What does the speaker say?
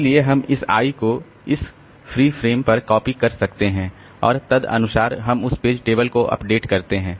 इसलिए हम इस i को इस फ्री फ़्रेम पर कॉपी कर सकते हैं और तदनुसार हम पेज टेबल को अपडेट करते हैं